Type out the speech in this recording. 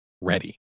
ready